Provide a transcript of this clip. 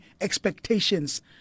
expectations